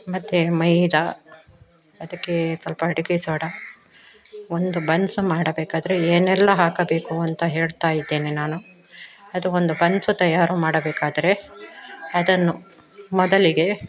ಮತ್ತು ಮೈದಾ ಅದಕ್ಕೆ ಸ್ವಲ್ಪ ಅಡುಗೆ ಸೋಡಾ ಒಂದು ಬನ್ಸು ಮಾಡಬೇಕಾದರೆ ಏನೆಲ್ಲ ಹಾಕಬೇಕು ಅಂತ ಹೇಳ್ತಾಯಿದ್ದೇನೆ ನಾನು ಅದು ಒಂದು ಬನ್ಸು ತಯಾರು ಮಾಡಬೇಕಾದ್ರೆ ಅದನ್ನು ಮೊದಲಿಗೆ